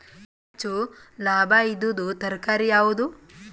ಹೆಚ್ಚು ಲಾಭಾಯಿದುದು ತರಕಾರಿ ಯಾವಾದು?